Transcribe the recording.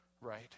right